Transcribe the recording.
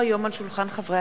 (תיקון, זכות ערר על סירוב הממונה על החקירה),